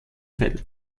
feld